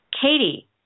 Katie